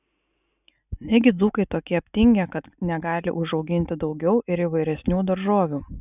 negi dzūkai tokie aptingę kad negali užauginti daugiau ir įvairesnių daržovių